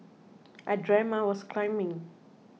I dreamt I was climbing